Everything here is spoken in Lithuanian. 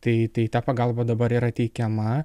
tai tai ta pagalba dabar yra teikiama